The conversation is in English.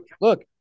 look